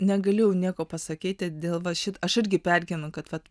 negaliu nieko pasakyti dėl šito aš irgi pergyvenu kad